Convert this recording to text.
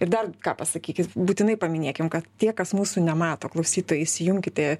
ir dar ką pasakykit būtinai paminėkim kad tie kas mūsų nemato klausytojai įsijunkite